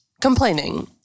Complaining